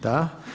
Da.